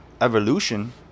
Evolution